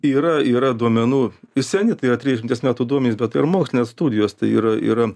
yra yra duomenų ir seni tai yra trisdešimties metų duomenys bet tai yra mokslinės studijos tai yra yra